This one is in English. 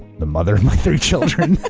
the mother of my three children,